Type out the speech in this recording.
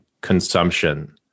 consumption